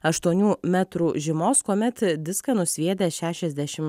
aštuonių metrų žymos kuomet diską nusviedė šešiasdešim